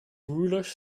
rulers